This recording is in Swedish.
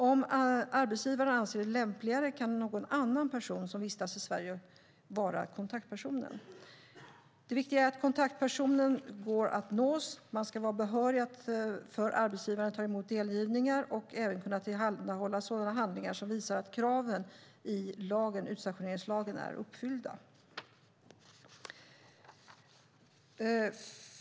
Om arbetsgivaren anser det lämpligare kan någon annan person som vistas i Sverige vara kontaktperson. Det viktiga är att kontaktpersonen går att nå, är behörig att för arbetsgivaren ta emot delgivningar och även kan tillhandahålla sådana handlingar som visar att kraven i utstationeringslagen är uppfyllda.